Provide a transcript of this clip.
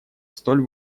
столь